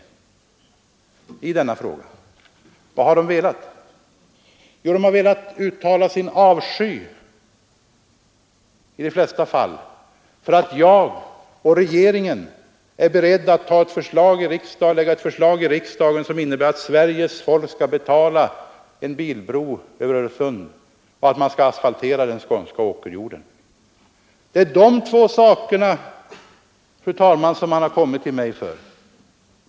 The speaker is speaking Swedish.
Vad är det då man har velat? Jo, man har i de flesta fall velat uttala sin avsky för att jag och regeringen är beredda att lägga ett förslag i riksdagen som innebär att Sveriges folk skall betala en bilbro över Öresund och att man skall asfaltera den skånska åkerjorden. Det är för de två sakerna som man har kommit till mig.